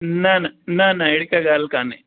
न न न न हेड़ी काई ॻाल्हि काने